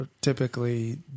typically